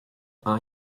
are